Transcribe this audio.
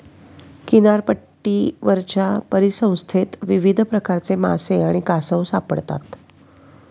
किनारपट्टीवरच्या परिसंस्थेत विविध प्रकारचे मासे आणि कासव सापडतात